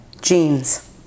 Jeans